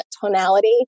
tonality